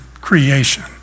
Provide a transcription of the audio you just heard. creation